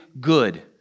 good